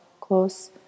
close